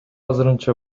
азырынча